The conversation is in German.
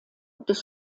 des